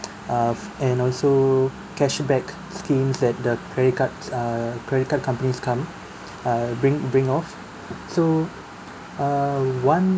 uh and also cashback schemes that the credit cards err credit card companies come uh bring bring of so uh one